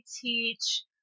teach